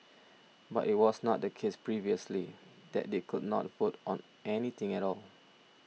but it was not the case previously that they could not vote on anything at all